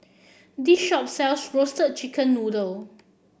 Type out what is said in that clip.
this shop sells Roasted Chicken Noodle